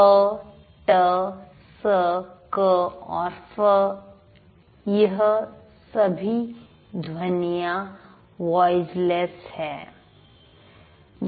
प ट स क और फ यह सभी ध्वनियों वॉइसलेस हैं